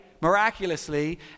miraculously